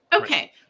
Okay